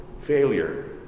failure